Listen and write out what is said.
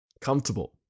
comfortable